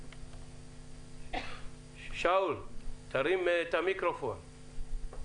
שאול, תרים את המיקרופון.